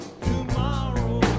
Tomorrow